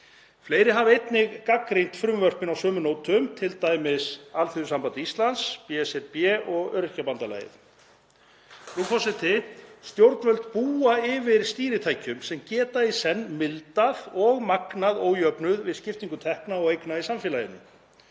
Fleiri hafa einnig gagnrýnt frumvörpin á sömu nótum, t.d. Alþýðusamband Íslands, BSRB og Öryrkjabandalagið. Stjórnvöld búa yfir stýritækjum sem geta í senn mildað og magnað ójöfnuð við skiptingu tekna og eigna í samfélaginu.